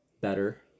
better